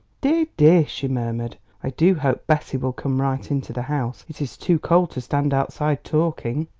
dear, dear! she murmured, i do hope bessie will come right into the house. it is too cold to stand outside talking.